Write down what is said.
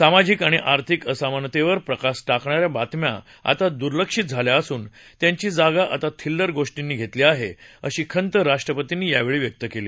सामाजिक आणि आर्थिक असमानतेवर प्रकाश टाकणाऱ्या बातम्या आता दुर्लक्षित झाल्या असून त्यांची जागा आता थिल्लर गोष्टींनी घेतली आहे अशी खंत राष्ट्रपतींनी यावेळी व्यक्त केली